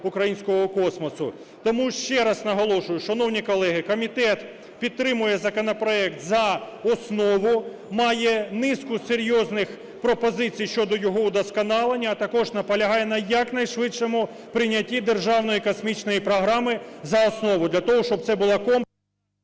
українського космосу. Тому ще раз наголошую, шановні колеги, комітет підтримує законопроект за основу, має низку серйозних пропозицій щодо його удосконалення, а також наполягає на якнайшвидшому прийнятті державної космічної програми за основу